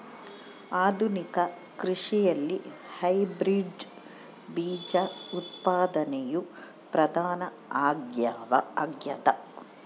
ಆಧುನಿಕ ಕೃಷಿಯಲ್ಲಿ ಹೈಬ್ರಿಡ್ ಬೇಜ ಉತ್ಪಾದನೆಯು ಪ್ರಧಾನ ಆಗ್ಯದ